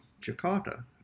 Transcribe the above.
Jakarta